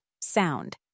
Sound